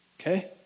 okay